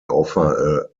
offer